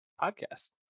podcast